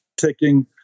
taking